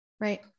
Right